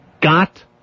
got